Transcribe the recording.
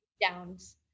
downs